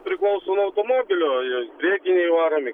priklauso nuo automobilio priekiniai varomi